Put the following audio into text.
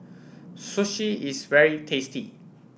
Sushi is very tasty